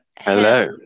Hello